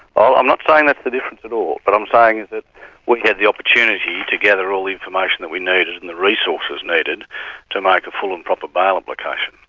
i'm not saying that's the difference at all. but i'm saying that we had the opportunity to gather all the information that we needed and the resources needed to make a full and proper bail application.